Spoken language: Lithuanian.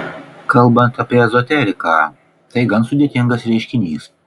kalbant apie ezoteriką tai gan sudėtingas reiškinys